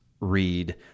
read